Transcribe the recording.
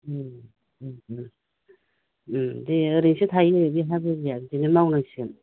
उम दे ओरैनसो थायो बे हाया बिदिनो मावनांसिगोन